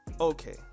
okay